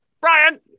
Brian